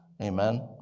Amen